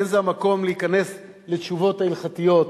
ואין זה המקום להיכנס לתשובות ההלכתיות.